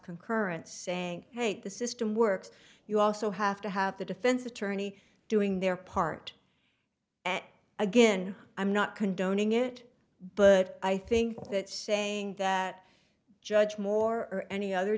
concurrence saying hate the system works you also have to have the defense attorney doing their part and again i'm not condoning it but i think that saying that judge moore or any other